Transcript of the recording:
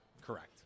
correct